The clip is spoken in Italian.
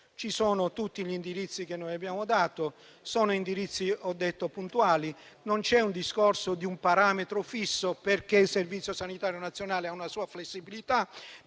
ci sono tutti gli indirizzi che abbiamo dato, che sono puntuali; non c'è il discorso di un parametro fisso perché il Servizio sanitario nazionale ha una sua flessibilità,